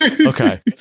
Okay